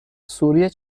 سوری